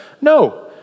No